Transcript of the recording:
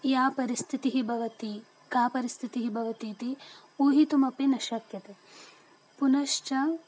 या परिस्थितिः भवति का परिस्थितिः भवतीति ऊहितुमपि न शक्यते पुनश्च